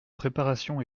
préparation